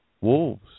wolves